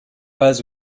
pas